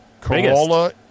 Corolla